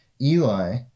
Eli